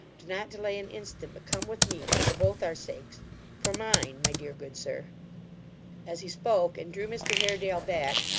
do not delay an instant, but come with me for both our sakes for mine my dear good sir as he spoke, and drew mr haredale back,